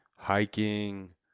Hiking